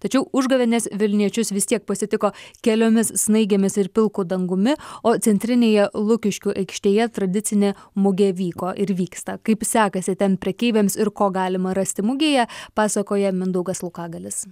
tačiau užgavėnės vilniečius vis tiek pasitiko keliomis snaigėmis ir pilku dangumi o centrinėje lukiškių aikštėje tradicinė mugė vyko ir vyksta kaip sekasi ten prekeiviams ir ko galima rasti mugėje pasakoja mindaugas laukagalis